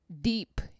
deep